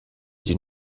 die